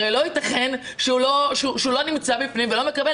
הרי לא ייתכן שהוא לא נמצא בפנים ולא מקבל